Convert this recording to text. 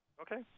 Okay